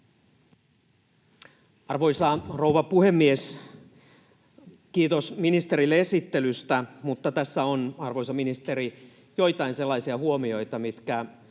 Arvoisa rouva puhemies! Kiitos ministerille esittelystä, mutta tässä on, arvoisa ministeri, joitain sellaisia huomioita, mitkä